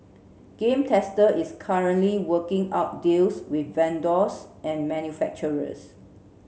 Game Tester is currently working out deals with vendors and manufacturers